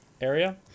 area